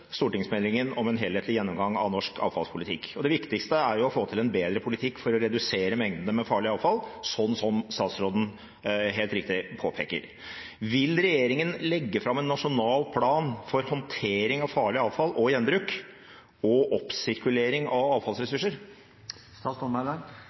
stortingsmeldingen om en helhetlig gjennomgang av norsk avfallspolitikk. Det viktigste er å få til en bedre politikk for å redusere mengdene med farlig avfall, som statsråden helt riktig påpeker. Vil regjeringen legge fram en nasjonal plan for håndtering av farlig avfall og gjenbruk og oppsirkulering av